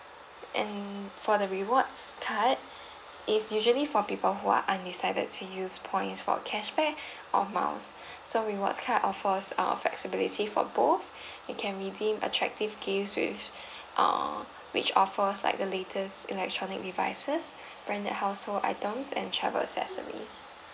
and for the rewards card is usually for people who are undecided to use points for cashback or miles so rewards card offers uh flexibility for both you can redeem attractive gifts with err which offers like the latest electronic devices branded household items and travel accessories